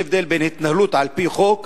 יש הבדל בין התנהלות על-פי חוק